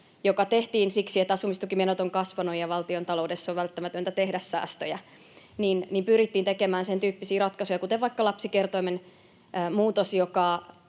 joka tehtiin siksi, että asumistukimenot ovat kasvaneet ja valtiontaloudessa on välttämätöntä tehdä säästöjä, pyrittiin tekemään sen tyyppisiä ratkaisuja, kuten vaikka lapsikertoimen muutos,